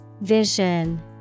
Vision